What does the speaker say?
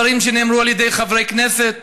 דברים שנאמרו על ידי חברי כנסת,